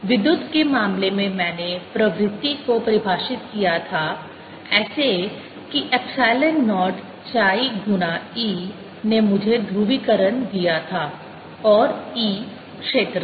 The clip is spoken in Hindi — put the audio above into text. विद्युत के मामले में मैंने प्रवृत्ति को परिभाषित किया था ऐसे कि एप्सिलॉन नॉट chi गुणा e ने मुझे ध्रुवीकरण दिया था और e क्षेत्र है